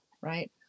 right